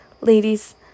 ladies